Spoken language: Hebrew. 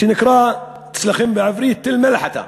שבעברית נקרא אצלכם תל-מלחתה?